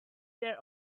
their